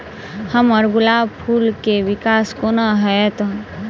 हम्मर गुलाब फूल केँ विकास कोना हेतै?